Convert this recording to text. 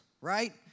Right